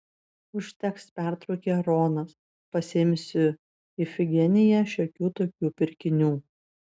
užteks pertraukė ronas pasiimsiu ifigeniją šiokių tokių pirkinių